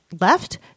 left